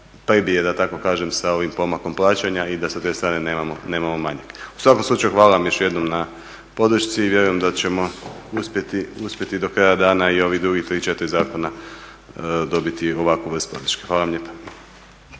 prebije da tako kažem sa ovim pomakom plaćanja i da sa te strane nemamo manjak. U svakom slučaju hvala vam još jednom na podršci i vjerujem da ćemo uspjeti do kraja dana i ova druga 3-4 zakona dobiti ovakvu vrstu podrška. Hvala vam lijepa.